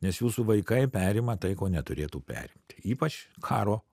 nes jūsų vaikai perima tai ko neturėtų perimti ypač karo